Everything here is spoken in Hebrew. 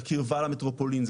לקרבה למטרופולין,